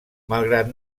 malgrat